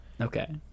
Okay